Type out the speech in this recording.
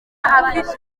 afite